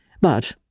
But